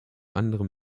anderem